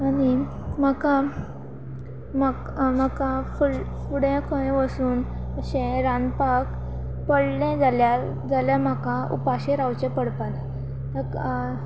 आनी म्हाका म्हाक म्हाका फु फुडें खंय वसून अशें रांदपाक पडलें जाल्यार जाल्या म्हाका उपाशे रावचे पडपाना ताका